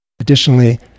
Additionally